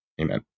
Amen